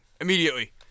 Immediately